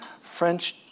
French